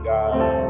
God